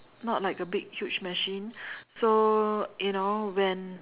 not like a big huge machine so you know when